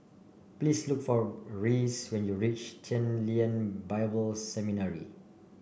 please look for Reese when you reach Chen Lien Bible Seminary